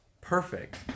Perfect